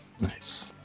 nice